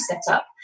setup